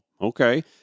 Okay